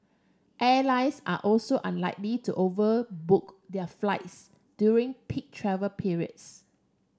airlines are also unlikely to overbook their flights during peak travel periods